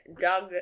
Doug